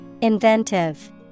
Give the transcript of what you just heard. Inventive